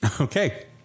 Okay